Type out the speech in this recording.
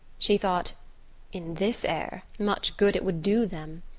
she thought in this air much good it would do them!